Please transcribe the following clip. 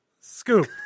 Scoop